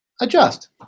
adjust